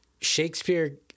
Shakespeare